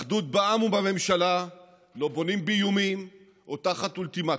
אחדות בעם ובממשלה לא בונים באיומים או תחת אולטימטומים.